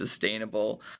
sustainable